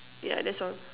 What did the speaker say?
yeah that's all